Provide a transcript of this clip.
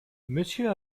monsieur